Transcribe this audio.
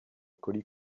colis